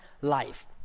life